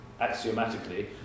axiomatically